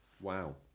wow